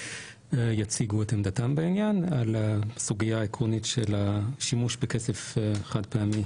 יציגו את עמדתם בעניין על הסוגייה העקרונית של השימוש בכסף חד פעמי